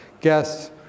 guests